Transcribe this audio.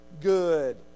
good